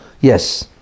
Yes